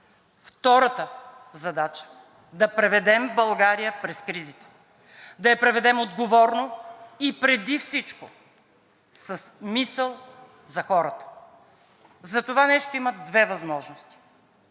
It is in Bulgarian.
Втората задача, да преведем България през кризите, да я преведем отговорно и преди всичко с мисъл за хората. За това нещо има две възможности